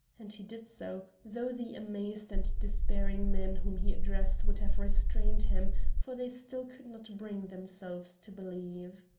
and he did so, though the amazed and despairing men whom he addressed would have restrained him, for they still could not bring themselves to believe.